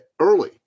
early